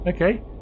Okay